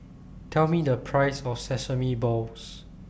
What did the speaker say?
Tell Me The Price of Sesame Balls